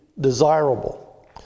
desirable